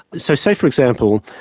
so say, for example,